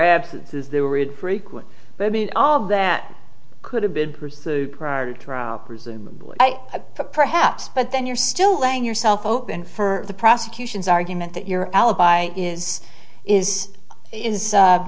absences there were it frequent but i mean all of that could have been pursued prior to trial presumably perhaps but then you're still laying yourself open for the prosecution's argument that your alibi is is i